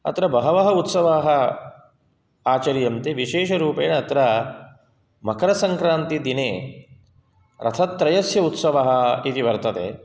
अत्र बहवः उत्सवाः आचर्यन्ते विशेषरूपेण अत्र मकरसङ्क्रान्तिदिने रथत्रयस्य उत्सवः इति वर्तते